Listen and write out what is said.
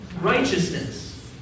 Righteousness